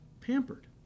pampered